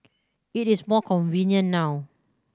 it is more convenient now